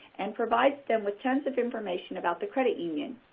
and provides them with tons of information about the credit union.